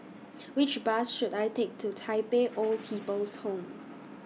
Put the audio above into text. Which Bus should I Take to Tai Pei Old People's Home